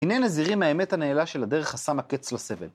הנה נזירים מהאמת הנעלה של הדרך השמה קץ לסבל.